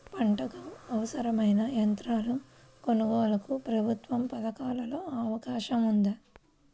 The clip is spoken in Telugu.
పంటకు అవసరమైన యంత్రాల కొనగోలుకు ప్రభుత్వ పథకాలలో అవకాశం ఉందా?